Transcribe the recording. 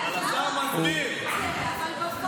זו מצווה ראשונה במעלה,